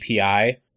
API